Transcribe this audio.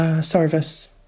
service